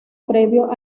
previo